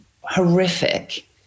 horrific